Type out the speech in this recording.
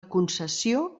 concessió